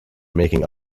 making